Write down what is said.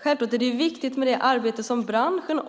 Självklart är det också viktigt med det arbete som branschen